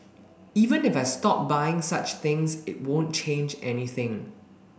even if I stop buying such things it won't change anything